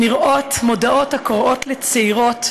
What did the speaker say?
נראות מודעות הקוראות לצעירות,